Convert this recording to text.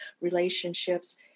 relationships